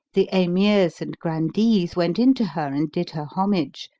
the emirs and grandees went in to her and did her homage,